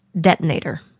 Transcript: detonator